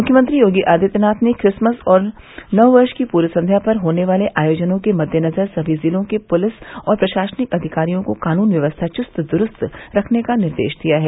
मुख्यमंत्री योगी आदित्यनाथ ने क्रिसमस और नव वर्ष की पूर्व संध्या पर होने वाले आयोजनों के मद्देनजर सभी जिलों के पुलिस और प्रशासनिक अधिकारियों को कानून व्यवस्था चुस्त दुरूस्त रखने का निर्देश दिया है